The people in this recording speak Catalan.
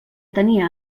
tenia